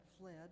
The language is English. fled